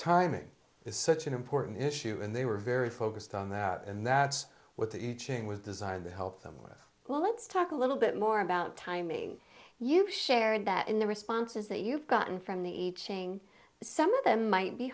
timing is such an important issue and they were very focused on that and that's what the iching was designed to help them with well let's talk a little bit more about timing you shared that in the responses that you've gotten from the iching some of them might be